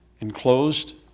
enclosed